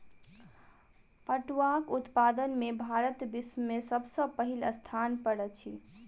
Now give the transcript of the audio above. पटुआक उत्पादन में भारत विश्व में सब सॅ पहिल स्थान पर अछि